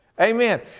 Amen